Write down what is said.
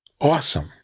awesome